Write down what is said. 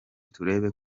turebe